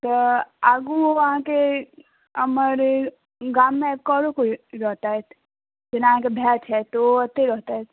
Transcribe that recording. तऽ आगूओ अहाँकेँ एमहर गाममे आबिके आरो केओ रहतथि जेना अहाँकेँ भाय छथि ओ ओतै रहतथि